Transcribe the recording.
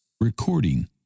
Recording